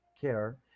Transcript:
care